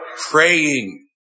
praying